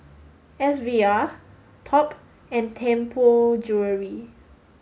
S V R Top and Tianpo Jewellery